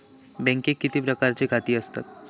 बँकेत किती प्रकारची खाती असतत?